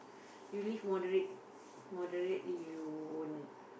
you live moderate moderately you